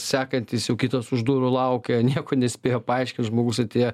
sekantis jau kitas už durų laukia nieko nespėjo paaiškint žmogus atėjo